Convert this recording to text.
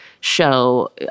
show